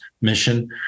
mission